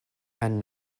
and